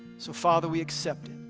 so father, we accept it.